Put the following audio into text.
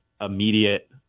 immediate